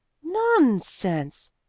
non sense!